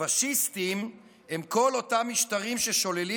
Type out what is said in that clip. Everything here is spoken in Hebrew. "פשיסטים הם כל אותם משטרים ששוללים,